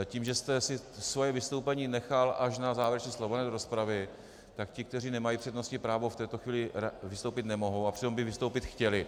Tím, že jste si svoje vystoupení nechal až na závěrečné slovo, ne do rozpravy, tak ti, kteří nemají přednostní právo, v této chvíli vystoupit nemohou a přitom by vystoupit chtěli.